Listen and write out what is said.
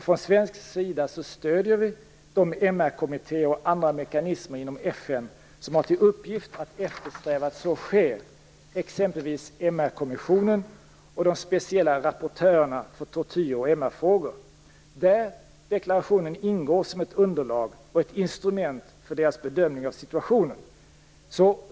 Från svensk sida stöder vi de MR-kommittéer och andra mekanismer inom FN som har till uppgift att eftersträva att så sker, exempelvis MR-kommissionen och de speciella rapportörerna för tortyr och MR-frågor, där deklarationen ingår som ett underlag och ett instrument för deras bedömning av situationen.